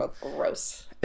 gross